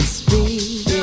speak